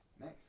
Nice